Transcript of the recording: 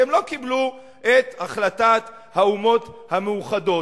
כי הם לא קיבלו את החלטת האומות המאוחדות.